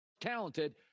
Talented